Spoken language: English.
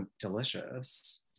delicious